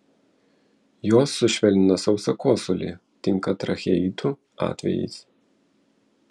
jos sušvelnina sausą kosulį tinka tracheitų atvejais